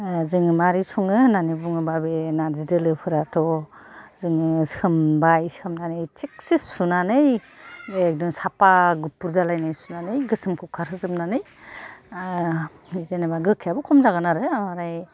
ओह जोङो मारै सङो होनानै बुङोबा बे नारजि दोलोफोराथ' जोङो सोमबाय सोमनानै थिगसि सुनानै एकदम साफा गुफुर जालायनानै सुनानै गोसोमखौ खारहोजोबनानै ओह जेन'बा गोखायाबो खम जागोन आरो ओमफ्राय